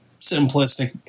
simplistic